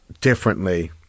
differently